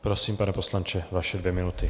Prosím, pane poslanče, vaše dvě minuty.